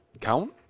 count